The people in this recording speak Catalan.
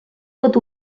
pot